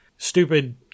stupid